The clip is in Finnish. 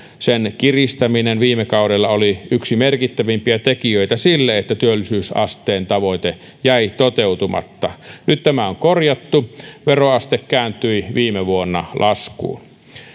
sen kiristäminen viime kaudella oli yksi merkittävimpiä tekijöitä sille että työllisyysasteen tavoite jäi toteutumatta nyt tämä on korjattu veroaste kääntyi viime vuonna laskuun